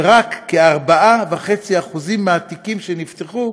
ורק כ-4.5% מהתיקים שנפתחו,